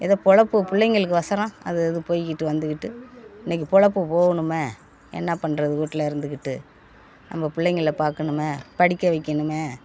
எதோ பொழப்பு பிள்ளைங்களுக்கு ஒசரம் அது அது போயிக்கிட்டு வந்துக்கிட்டு இன்றைக்கி பொழப்பு போகணுமே என்ன பண்ணுறது வீட்டுல இருந்துக்கிட்டு நம்ம பிள்ளைங்கள பார்க்கணுமே படிக்க வைக்கணுமே